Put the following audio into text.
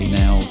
now